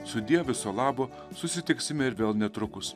sudie viso labo susitiksime ir vėl netrukus